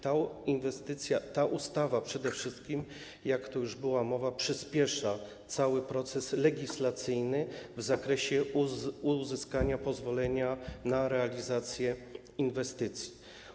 Ta inwestycja, ta ustawa przede wszystkim, jak tu już była mowa, przyspiesza cały proces w zakresie uzyskania pozwolenia na realizację inwestycji.